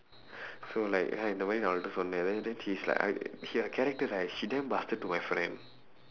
so like இந்த மாதிரின்னு நான் அவக்கிட்டே சொன்னேன்:indtha maathirinnu naan avakkitdee sonneen then she's like she her character right she damn bastard to my friend